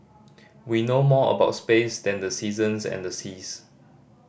we know more about space than the seasons and the seas